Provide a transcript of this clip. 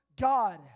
God